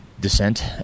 descent